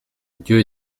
dieu